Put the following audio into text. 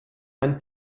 ein